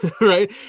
Right